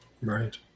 Right